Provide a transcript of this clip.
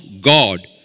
God